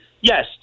yes